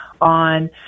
on